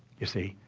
you see,